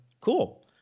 cool